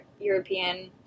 European